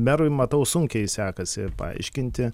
merui matau sunkiai sekasi paaiškinti